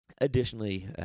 Additionally